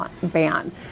ban